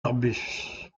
arbustes